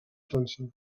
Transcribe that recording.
frança